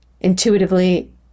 intuitively